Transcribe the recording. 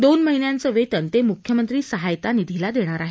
दोन महिन्यांचे वेतन ते मुख्यमंत्री सहायता निधीला देणार आहेत